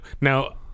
now